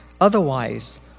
Otherwise